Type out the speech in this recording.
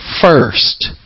first